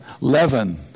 leaven